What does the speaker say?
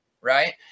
right